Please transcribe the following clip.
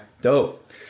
dope